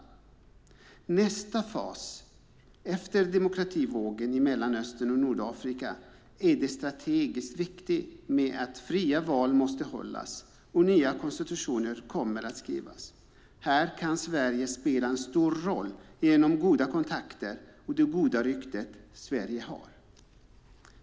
I nästa fas, efter demokrativågen i Mellanöstern och Nordafrika, är det strategiskt viktigt att fria val hålls och nya konstitutioner skrivs. Här kan Sverige spela en stor roll genom goda kontakter och det goda rykte Sverige har.